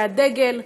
זה הדגל,